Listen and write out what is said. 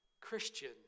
Christian